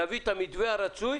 נביא את המתווה הרצוי,